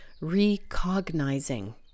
recognizing